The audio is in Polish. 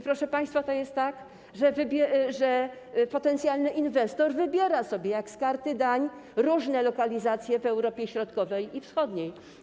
Proszę państwa, to jest tak, że potencjalny inwestor wybiera sobie jak z karty dań różne lokalizacje w Europie Środkowej i Wschodniej.